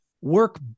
work